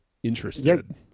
interested